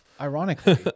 ironically